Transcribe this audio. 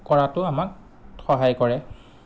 কৰাটো আমাক সহায় কৰে